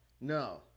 No